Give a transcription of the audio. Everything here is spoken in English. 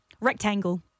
rectangle